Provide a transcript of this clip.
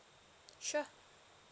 sure